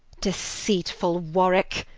deceitfull warwicke,